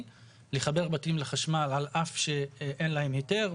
כיום החוק לא מאפשר לחבר את כל הבניינים,